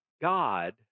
God